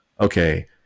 okay